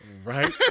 Right